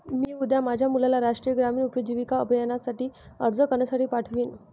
मी उद्या माझ्या मुलाला राष्ट्रीय ग्रामीण उपजीविका अभियानासाठी अर्ज करण्यासाठी पाठवीन